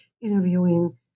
interviewing